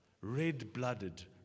red-blooded